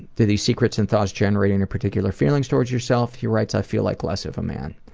do these secrets and thoughts generate any particular feelings towards yourself? he writes, i feel like less of a man.